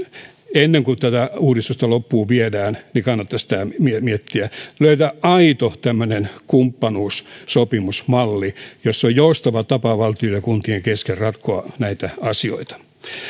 ennen kuin tätä uudistusta loppuun viedään kannattaisi tämä miettiä löytää aito kumppanuussopimusmalli jossa on joustava tapa valtion ja kuntien kesken ratkoa näitä asioita